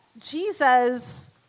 Jesus